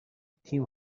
تیم